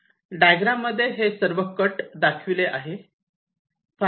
diagram मध्ये हे सर्व कट दाखविले आहे